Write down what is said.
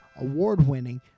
award-winning